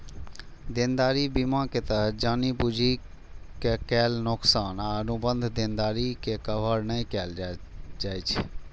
देनदारी बीमा के तहत जानि बूझि के कैल नोकसान आ अनुबंध देनदारी के कवर नै कैल जाइ छै